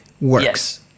works